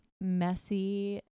messy